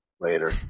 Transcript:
Later